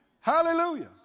Hallelujah